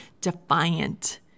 defiant